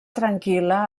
tranquil·la